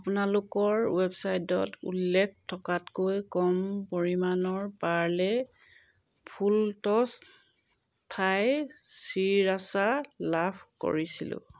আপোনালোকৰ ৱেবচাইটত উল্লেখ থকাতকৈ কম পৰিমানৰ পাৰ্লে ফুলটছ থাই শ্ৰীৰাচা লাভ কৰিছিলোঁ